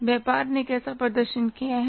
व्यापार ने कैसा प्रदर्शन किया है